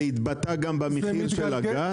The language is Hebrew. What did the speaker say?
זה התבטא גם במחיר של הגז?